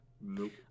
Nope